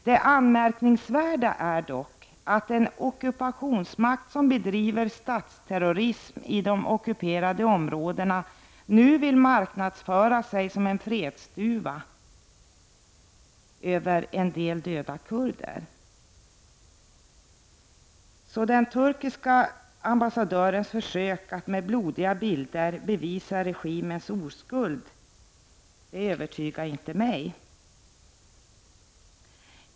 Det anmärkningsvärda är dock att en ockupationsmakt som bedriver statsterrorism i de ockuperade områdena nu vill marknadsföra sig som en fredsduva över en del döda kurder. Att den turkiska ambassadören försöker att med blodiga bilder bevisa regimens oskuld övertygar alltså inte mig.